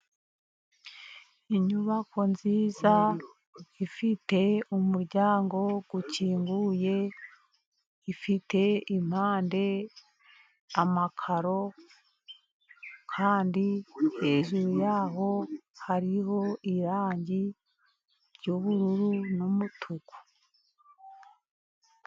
Inyubako nziza ifite umuryango ukinguye, ifite impande amakaro, kandi hejuru yaho hariho irangi ry'ubururu n'umutuku.